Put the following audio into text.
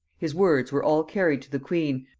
his words were all carried to the queen,